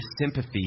sympathy